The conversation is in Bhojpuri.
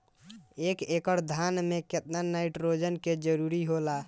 एक एकड़ धान मे केतना नाइट्रोजन के जरूरी होला?